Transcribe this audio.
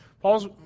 Paul's